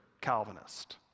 Calvinist